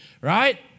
right